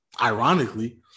Ironically